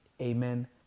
Amen